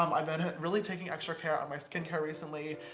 um i've been really taking extra care of my skincare recently.